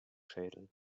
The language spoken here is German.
schädel